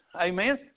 Amen